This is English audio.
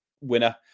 winner